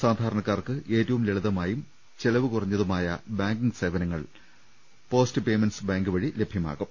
സാധാരണക്കാർക്ക് ഏറ്റവും ലളിതമായും ചെലവ് കുറഞ്ഞതുമായ ബാങ്കിംഗ് സേവനങ്ങൾ പോസ്റ്റ് പെയ്മെന്റ്സ് ബാങ്ക് വഴി ലഭ്യമാകും